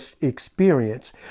experience